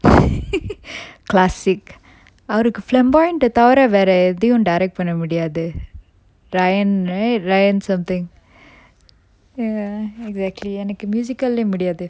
classic அவருக்கு:avarukku flamboyant ah தவிர வேற எதையும்:thavira vera ethayum direct பண்ண முடியாது:panna mudiyathu ryan right ryan something ya exactly எனக்கு:enakku musical leh முடியாது:mudiyathu